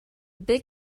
big